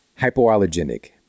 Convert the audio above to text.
hypoallergenic